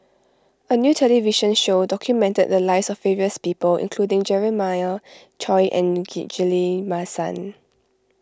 a new television show documented the lives of various people including Jeremiah Choy and Ghillie Basan